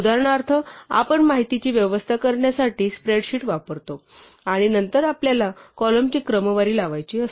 उदाहरणार्थ आपण माहितीची व्यवस्था करण्यासाठी स्प्रेडशीट वापरतो आणि नंतर आपल्याला कॉलमची क्रमवारी लावायची असते